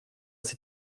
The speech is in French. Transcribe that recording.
ses